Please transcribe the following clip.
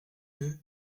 eux